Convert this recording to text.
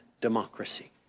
democracy